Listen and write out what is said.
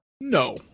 No